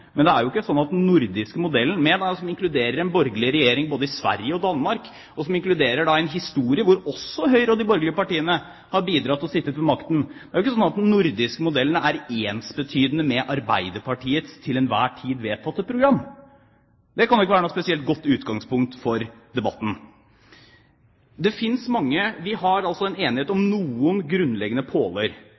Sverige og Danmark, og som inkluderer en historie hvor også Høyre og de borgerlige partiene har bidratt og sittet ved makten, er ensbetydende med Arbeiderpartiets til enhver tid vedtatte program. Det kan ikke være noe spesielt godt utgangspunkt for debatten. Vi er altså enige om noen grunnleggende påler.